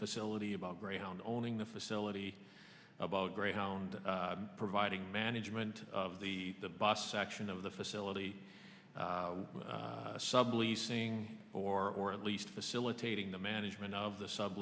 facility about greyhound owning the facility about greyhound providing management of the boss section of the facility sub leasing or or at least facilitating the management of the sub